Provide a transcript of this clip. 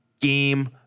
game